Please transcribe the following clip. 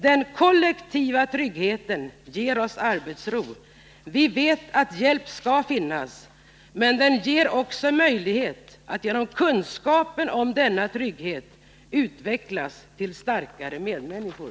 Den kollektiva tryggheten ger oss arbetsro. Vi vet att hjälp skall finnas, men den kollektiva tryggheten ger oss också möjlighet att genom kunskaperna om just denna trygghet utvecklas till starkare medmänniskor.